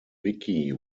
vicki